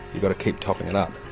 you've got to keep topping it up,